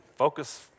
Focus